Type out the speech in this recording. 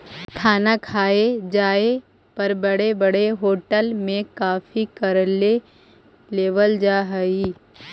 खाना खाए जाए पर बड़े बड़े होटल में काफी कर ले लेवल जा हइ